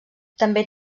també